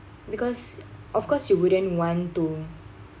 because of course you wouldn't want to